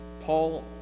Paul